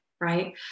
right